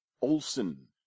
Olson